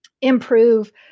improve